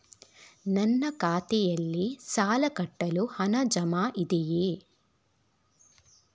ನನ್ನ ಖಾತೆಯಲ್ಲಿ ಸಾಲ ಕಟ್ಟಲು ಹಣ ಜಮಾ ಇದೆಯೇ?